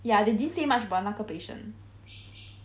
ya they didn't say much 把那个 patient